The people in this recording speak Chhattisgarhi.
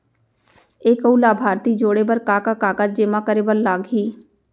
एक अऊ लाभार्थी जोड़े बर का का कागज जेमा करे बर लागही?